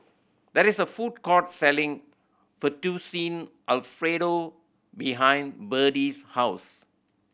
there is a food court selling Fettuccine Alfredo behind Berdie's house